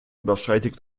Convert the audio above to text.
überschreitet